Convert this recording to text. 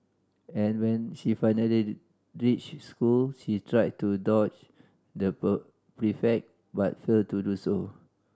and when she finally reached school she tried to dodge the prefect but failed to do so